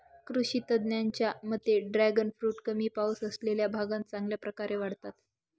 कृषी तज्ज्ञांच्या मते ड्रॅगन फ्रूट कमी पाऊस असलेल्या भागात चांगल्या प्रकारे वाढतात